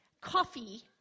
coffee